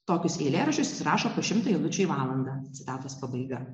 tokius eilėraščius jis rašo po šimtą eilučių į valandą citatos pabaiga